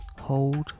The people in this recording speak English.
hold